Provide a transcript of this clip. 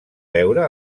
veure